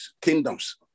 kingdoms